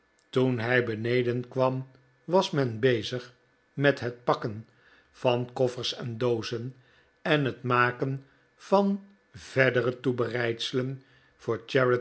toen hij beneden kwam was men bezig met het pakken van koffers en doozen en het maken van verdere toebereidselen voor